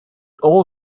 all